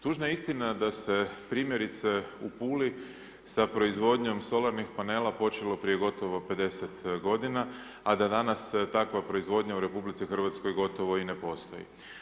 Tužna je istina da se primjerice u Puli sa proizvodnjom solarnih panela počelo prije gotovo 50 godina, a da danas takva proizvodnja u RH gotovo i ne postoji.